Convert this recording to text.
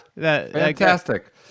Fantastic